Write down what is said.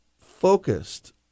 focused